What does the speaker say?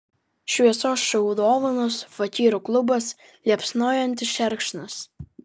šviesos šou dovanos fakyrų klubas liepsnojantis šerkšnas